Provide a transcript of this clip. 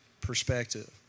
perspective